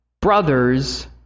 brother's